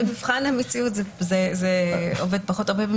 במבחן המציאות זה עובד פחות טוב.